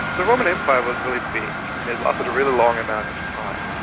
the roman empire was really big and it lasted a really long amount of time,